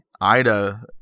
Ida